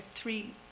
Three